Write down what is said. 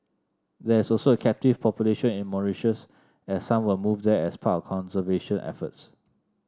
there is also a captive population in Mauritius as some were moved there as part of conservation efforts